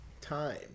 time